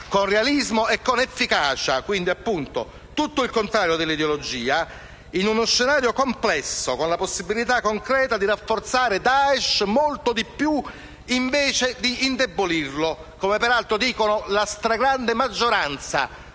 con realismo e con efficacia (tutto il contrario dell'ideologia) in uno scenario complesso, consapevoli della possibilità concreta di rafforzare il Daesh molto più che di indebolirlo, come peraltro sostiene la stragrande maggioranza